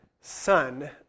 Son